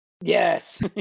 yes